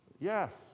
Yes